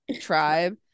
tribe